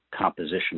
composition